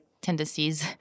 tendencies